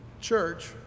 church